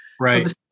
Right